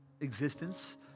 existence